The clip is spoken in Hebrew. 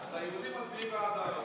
גם ייצוג הערבים לא היה עובר.